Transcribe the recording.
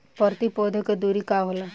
प्रति पौधे के दूरी का होला?